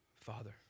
Father